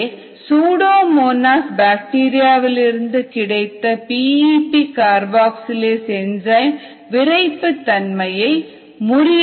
அதுவே சூடோமோனாஸ் பாக்டீரியாவிலிருந்து கிடைத்த PEP கார்பாக்சிலேஸ் என்ஜாய்ம் விரைப்புத் தன்மையை முறியடிக்கிறது